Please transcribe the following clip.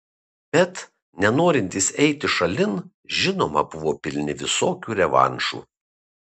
bet nenorintys eiti šalin žinoma buvo pilni visokių revanšų